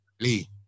Lee